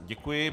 Děkuji.